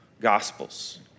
Gospels